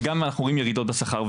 וגם אנחנו רואים ירידות בשכר.